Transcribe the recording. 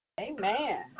Amen